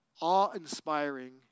awe-inspiring